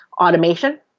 automation